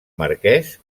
marquès